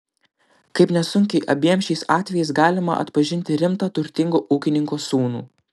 kaip nesunkiai abiem šiais atvejais galima atpažinti rimtą turtingo ūkininko sūnų